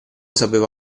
sapeva